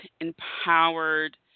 empowered